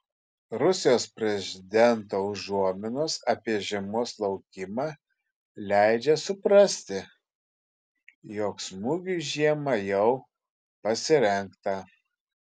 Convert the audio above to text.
rusijos prezidento užuominos apie žiemos laukimą leidžia suprasti jog smūgiui žiemą jau pasirengta